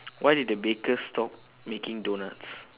why did the baker stop making doughnuts